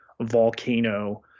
volcano